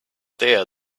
there